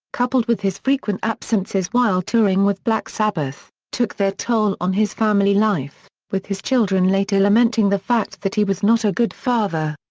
coupled with his frequent absences while touring with black sabbath, took their toll on his family life, with his children later lamenting the fact that he was not a good father.